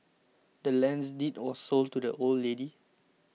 the land's deed was sold to the old lady